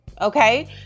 Okay